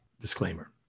disclaimer